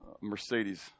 Mercedes